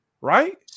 right